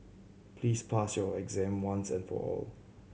please pass your exam once and for all